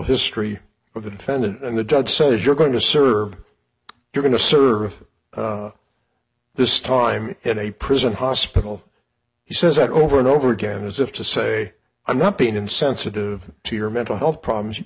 history of the defendant and the judge says you're going to serve you're going to serve this time in a prison hospital he says that over and over again as if to say i'm not being insensitive to your mental health problems